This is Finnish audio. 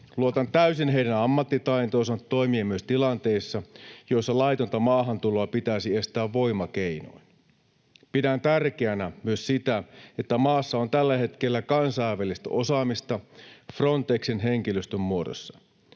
Luotan täysin heidän ammattitaitoonsa toimia myös tilanteissa, joissa laitonta maahantuloa pitäisi estää voimakeinoin. Pidän tärkeänä myös sitä, että maassa on tällä hetkellä kansainvälistä osaamista Frontexin henkilöstön muodossa.